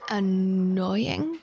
annoying